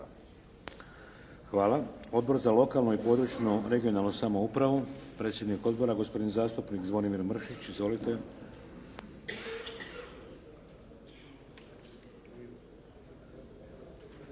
Hvala. Odbor za lokalnu i područnu regionalnu samoupravu. Predsjednik Odbora, gospodin zastupnik Zvonimir Mršić. Izvolite.